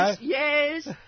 yes